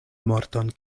morton